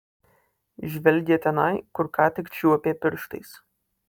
žvelgė tenai kur ką tik čiuopė pirštais